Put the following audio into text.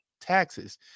taxes